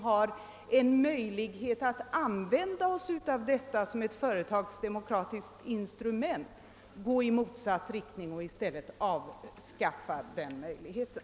I stället för att göra skolstyrelsen till ett företagsdemokratiskt instrument vill man här gå i motsatt riktning och avskaffa den möjligheten.